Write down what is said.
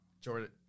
Jordan